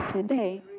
today